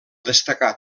destacar